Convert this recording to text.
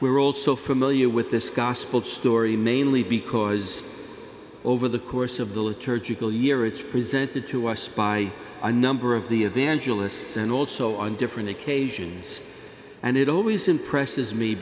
we're also familiar with this gospel story mainly because over the course of the liturgical year it's presented to us by a number of the evangelists and also on different occasions and it always impresses me